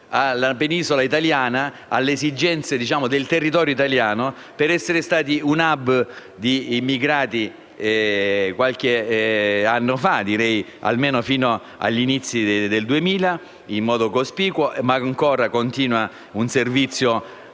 alla Penisola italiana per le esigenze del territorio italiano, per essere stati un *hub* per gli immigrati fino a qualche anno fa, almeno fino agli inizi del 2000, in modo cospicuo (e ancora continua un servizio